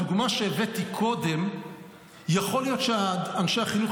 בדוגמה שהבאתי קודם יכול להיות שאנשי החינוך